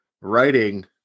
writing